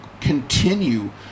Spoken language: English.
continue